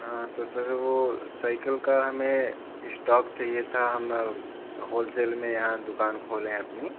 हाँ तो फिर वह साइकल का हमें इस्टॉक चाहिए था हम हॉलसेल में यहाँ दूकान खोले हैं अपनी